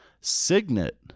signet